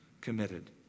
committed